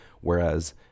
whereas